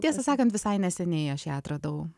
tiesą sakant visai neseniai aš ją atradau